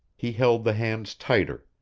he held the hands tighter,